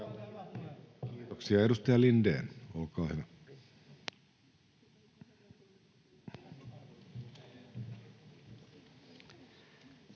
Kiitoksia. — Edustaja Lindén, olkaa hyvä.